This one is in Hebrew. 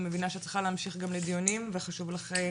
אני מבינה שאת צריכה להמשיך גם לדיונים וחשוב לך לומר.